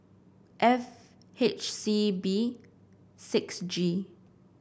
F H C B six G